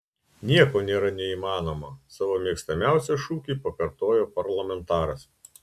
nieko nėra neįmanomo savo mėgstamiausią šūkį pakartojo parlamentaras